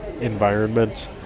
environment